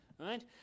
right